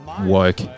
woke